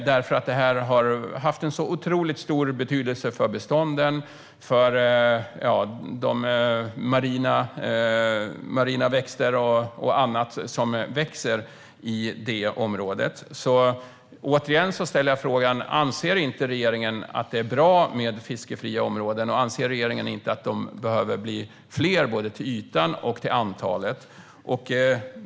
Det har haft en otroligt stor betydelse för bestånden, marina växter och annat som växer i det området. Återigen vill jag ställa frågan: Anser inte regeringen att det är bra med fiskefria områden? Anser inte regeringen att de behöver bli fler både till ytan och till antalet?